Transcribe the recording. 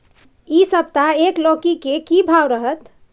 इ सप्ताह एक लौकी के की भाव रहत?